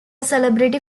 celebrity